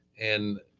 and,